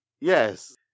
Yes